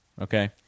Okay